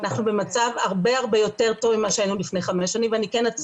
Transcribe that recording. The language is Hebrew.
אנחנו במצב הרבה הרבה יותר טוב ממה שהיינו לפני חמש שנים ואני כן אציג.